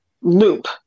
loop